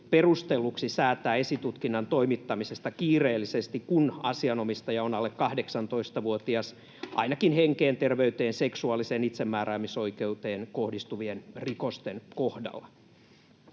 perustelluksi säätää esitutkinnan toimittamisesta kiireellisesti, kun asianomistaja on alle 18-vuotias — ainakin henkeen, terveyteen ja seksuaaliseen itsemääräämisoikeuteen kohdistuvien rikosten kohdalla.